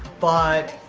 but,